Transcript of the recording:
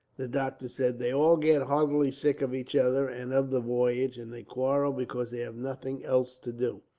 the doctor said. they all get heartily sick of each other, and of the voyage, and they quarrel because they have nothing else to do.